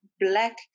black